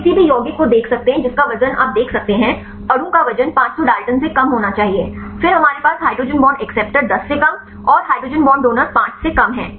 हम किसी भी यौगिक को देख सकते हैं जिसका वजन आप देख सकते हैं अणु का वजन 500 Daltons से कम होना चाहिए फिर हमारे पास हाइड्रोजन बांड एक्सेप्टर 10 से कम और हाइड्रोजन बांड डोनर 5 से कम है